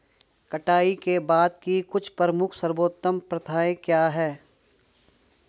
कटाई के बाद की कुछ प्रमुख सर्वोत्तम प्रथाएं क्या हैं?